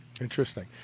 Interesting